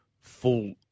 full